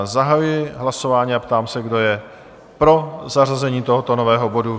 Zahajuji hlasování a ptám se, kdo je pro zařazení tohoto nového bodu?